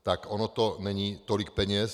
Tak ono to není tolik peněz.